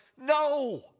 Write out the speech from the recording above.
no